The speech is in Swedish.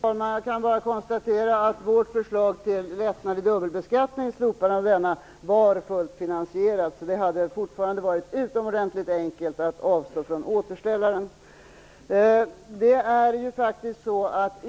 Fru talman! Jag kan bara konstatera att vårt förslag till lättnader i dubbelbeskattning, slopande av denna, var fullt finansierat. Det hade fortfarande varit utomordentligt enkelt att avstå från återställarna.